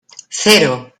cero